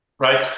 right